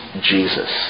Jesus